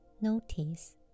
notice